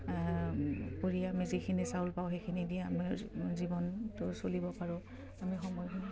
আমি যিখিনি চাউল পাওঁ সেইখিনি দি আমি জীৱনটো চলিব পাৰোঁ আমি সময়খিনি